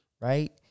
Right